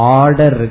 order